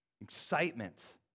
Excitement